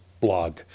blog